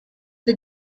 the